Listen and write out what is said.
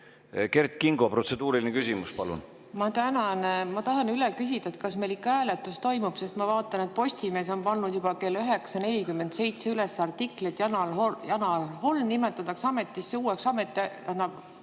Kert Kingo, protseduuriline küsimus, palun! Ma tänan. Ma tahan üle küsida, kas meil ikka hääletus toimub. Ma vaatan, et Postimees on pannud juba kell 9.47 üles artikli, et Janar Holm nimetatakse ametisse uueks ametiajaks.